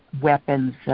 weapons